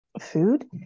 food